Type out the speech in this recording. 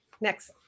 next